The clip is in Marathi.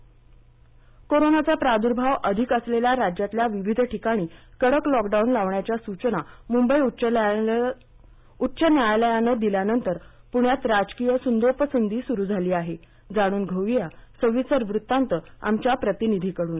पुणे कोरोना आकडेवारी इट्रो कोरोनाचा प्रादुर्भाव अधिक असलेल्या राज्यातल्या विविध ठिकाणी कडक लॉकडाऊन लावण्याच्या सूचना मुंबई उच्च न्यायालयाने दिल्यानंतर पुण्यात राजकीय सुंदोपसुंदी सुरू झाली आहे जाणून घेऊया सविस्तर वृत्तांत आमच्या प्रतिनिधीकडून